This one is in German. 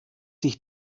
sich